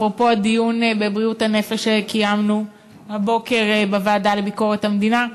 אפרופו הדיון בבריאות הנפש שקיימנו הבוקר בוועדה לביקורת המדינה,